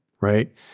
Right